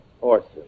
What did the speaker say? Orson